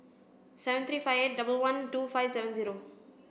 seven three five eight double one two five seven zero